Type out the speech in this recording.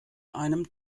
einem